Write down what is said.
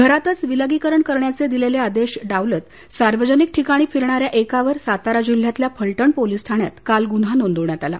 घरातच विलगीकरण करण्याचे आदेश डावलत सार्वजनिक ठिकाणी फिरणाऱ्या एकावर सातारा जिल्ह्यातल्या फलटण पोलीस ठाण्यात काल गुन्हा नोंदवण्यात आला